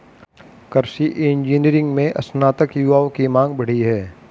कृषि इंजीनियरिंग में स्नातक युवाओं की मांग बढ़ी है